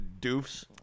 doofs